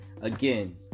Again